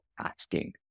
asking